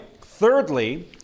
Thirdly